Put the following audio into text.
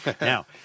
Now